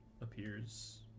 appears